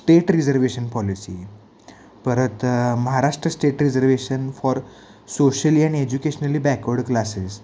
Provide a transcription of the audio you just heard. state reservation policy परत Maharashtra state reservation for socially and educationally backward classes